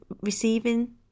receiving